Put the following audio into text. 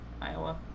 Iowa